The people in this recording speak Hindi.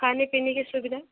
खाने पीने की सुविधा